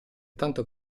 tanto